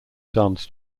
dance